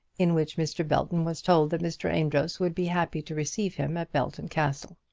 in which mr. belton was told that mr. amedroz would be happy to receive him at belton castle.